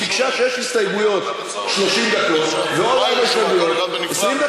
היא ביקשה כשיש הסתייגויות 30 דקות ועוד, לא,